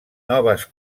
noves